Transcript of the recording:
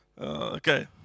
Okay